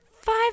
five